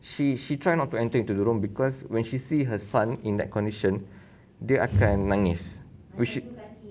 she she try not to enter into the room because when she see her son in that condition dia akan nangis